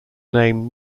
name